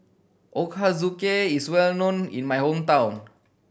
ochazuke is well known in my hometown